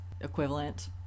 equivalent